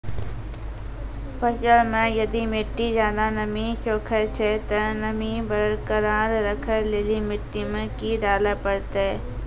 फसल मे यदि मिट्टी ज्यादा नमी सोखे छै ते नमी बरकरार रखे लेली मिट्टी मे की डाले परतै?